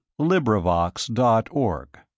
LibriVox.org